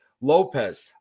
Lopez